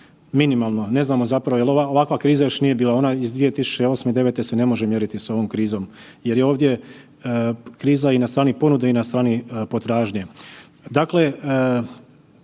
minimalno. Ne znamo zapravo jer ovakva kriza još nije bila, ona iz 2008., 2009. se ne može mjeriti s ovom krizom jer je ovdje kriza i na strani ponude i na strani potražnje.